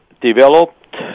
developed